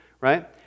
right